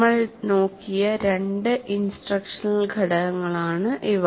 നമ്മൾ നോക്കിയ രണ്ട് ഇൻസ്ട്രക്ഷണൽ ഘടകങ്ങളാണ് ഇവ